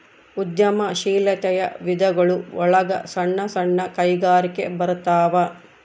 ಉದ್ಯಮ ಶೀಲಾತೆಯ ವಿಧಗಳು ಒಳಗ ಸಣ್ಣ ಸಣ್ಣ ಕೈಗಾರಿಕೆ ಬರತಾವ